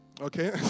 Okay